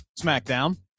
smackdown